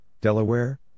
Delaware